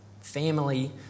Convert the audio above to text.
family